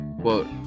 quote